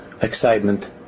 excitement